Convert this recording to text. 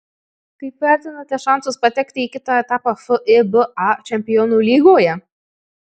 kaip vertinate šansus patekti į kitą etapą fiba čempionų lygoje